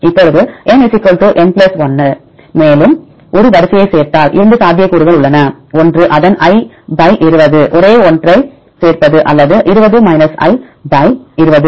இப்போது N n 1 அவை மேலும் ஒரு வரிசையைச் சேர்த்தால் இரண்டு சாத்தியக்கூறுகள் உள்ளன ஒன்று அதன் i 20 ஒரே ஒன்றைச் சேர்ப்பது அல்லது 20